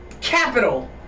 capital